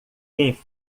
quem